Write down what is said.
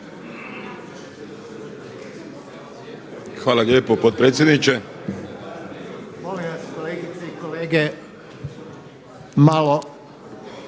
Hvala lijepo potpredsjedniče